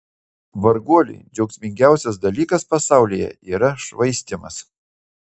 varguoliui džiaugsmingiausias dalykas pasaulyje yra švaistymas